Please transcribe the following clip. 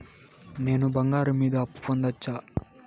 నేను బంగారం మీద అప్పు పొందొచ్చా?